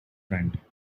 friend